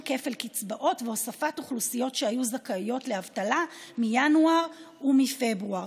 כפל קצבאות והוספת אוכלוסיות שהיו זכאיות לאבטלה מינואר ומפברואר,